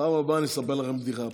בפעם הבאה אספר לכם בדיחה.